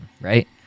right